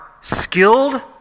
skilled